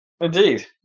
Indeed